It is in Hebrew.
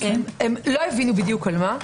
לא הבינו בדיוק על מה.